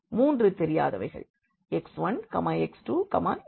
மூன்று தெரியாதவைகள் x1 x2 x3